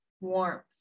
warmth